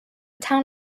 town